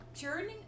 turning